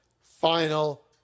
final